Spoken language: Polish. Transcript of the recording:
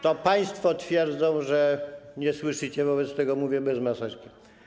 To państwo twierdzą, że nie słyszycie, wobec tego mówię bez maseczki.